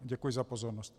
Děkuji za pozornost.